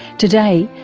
today,